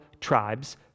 tribes